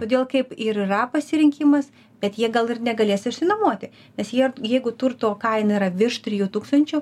todėl kaip ir yra pasirinkimas bet jie gal ir negalės išsinuomoti nes jie jeigu turto kaina yra virš trijų tūkstančių